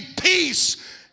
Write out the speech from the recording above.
peace